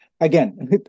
again